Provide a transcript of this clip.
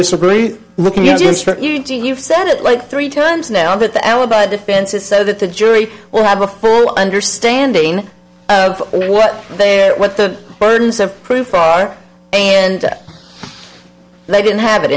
disagree looking you insert you've said it like three times now that the alibi defense is so that the jury will have a full understanding of what they what the burdens of proof far and they didn't have it